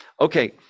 Okay